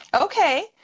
okay